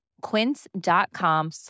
Quince.com